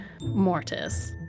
mortis